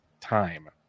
time